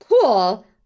Cool